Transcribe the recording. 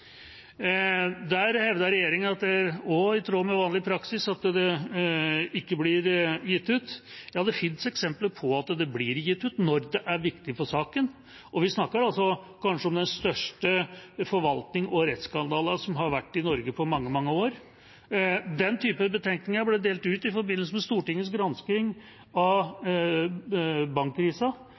Der hevdet regjeringa, i tråd med vanlig praksis, at det ikke blir gitt ut. Ja, det finnes eksempler på at det blir gitt ut når det er viktig for saken, og vi snakker altså om kanskje den største forvaltnings- og rettsskandalen som har vært i Norge på mange, mange år. Den type betenkninger ble delt ut i forbindelse med Stortingets gransking av